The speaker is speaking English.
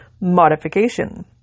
modification